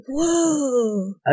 Whoa